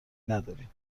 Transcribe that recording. ندارین